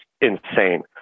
insane